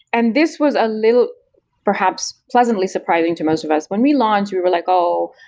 and this was a little perhaps pleasantly surprising to most of us. when we launch we were like, oh!